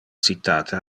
citate